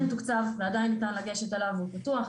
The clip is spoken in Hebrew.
מתוקצב ועדיין ניתן לגשת אליו והוא פתוח,